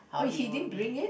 oh he didn't bring it